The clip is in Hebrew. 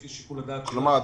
לפי שיקול הדעת --- כלומר,